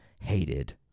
hated